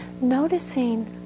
Noticing